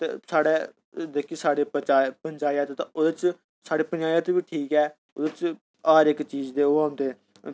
ते साढ़े जेह्की साढ़ी पचांयत उं''दे च साढ़ी पचांयत बी ठीक ऐ उंदे च हर इक चीज़ दे ओह् औंदे